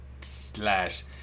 slash